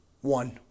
One